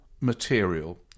material